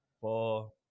four